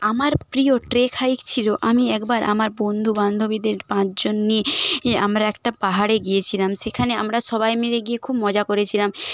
আমার প্রিয় trek hike ছিল আমি একবার আমার বন্ধু বান্ধবীদের পাঁচজন নিয়ে আমরা একটা পাহাড়ে গিয়েছিলাম সেখানে আমরা সবাই মিলে গিয়ে খুব মজা করেছিলাম